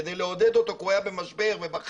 כדי לעודד אותו כי הוא היה במשבר ובכה,